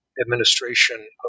administration